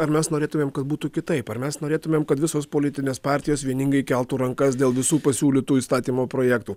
ar mes norėtumėm kad būtų kitaip ar mes norėtumėm kad visos politinės partijos vieningai keltų rankas dėl visų pasiūlytų įstatymo projektų